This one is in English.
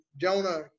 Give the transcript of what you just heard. Jonah